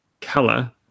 color